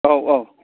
औ औ